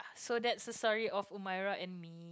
so that's the story of Umairah and me